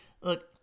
Look